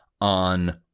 on